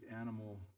Animal